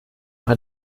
noch